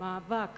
המאבק